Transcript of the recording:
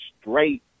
straight